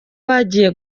bagiye